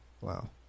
Wow